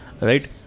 right